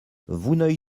vouneuil